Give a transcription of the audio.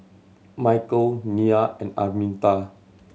Michale Nyah and Arminta